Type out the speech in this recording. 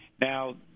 Now